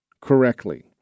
correctly